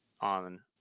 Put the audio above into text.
on